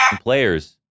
players